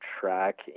track